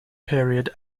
period